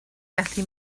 gallu